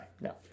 No